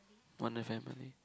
one nine five per day